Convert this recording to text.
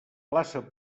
plaça